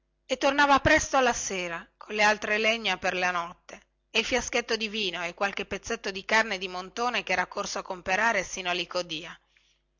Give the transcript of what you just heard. e tornava presto alla sera colle altre legne per la notte e il fiaschetto del vino e qualche pezzetto di carne di montone che era corso a comperare sino a licodia